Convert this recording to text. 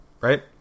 right